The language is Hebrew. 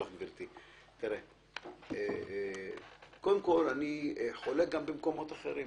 קודם כול, אני חולק גם במקומות אחרים.